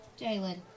Jalen